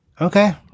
Okay